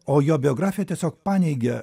o jo biografija tiesiog paneigia